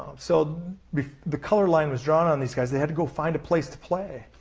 um so the color line was drawn on these guys, they had to go find a place to play.